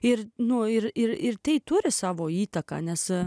ir nuo ir ir ir tai turi savo įtaką nes